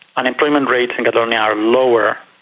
unemployment rates in catalonia are lower,